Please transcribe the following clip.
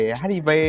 hiv